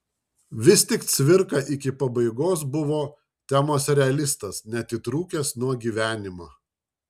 vis tik cvirka iki pabaigos buvo temos realistas neatitrūkęs nuo gyvenimo